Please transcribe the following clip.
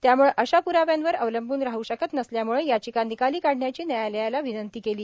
त्यामुळं अशा प्राव्यावर अवलंबून राह शकत नसल्यामुळं याचिका निकाली काढण्याची न्यायलयाला विनंती केली